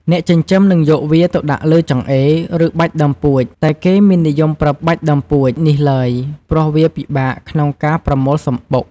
អ្នកចិញ្ចឹមនឹងយកវាទៅដាក់លើចង្អេរ ឬបាច់ដើមពួច តែគេមិននិយមប្រើបាច់ដើមពួចនេះឡើយ ព្រោះវាពិបាកក្នុងការបម្រូលសំបុក។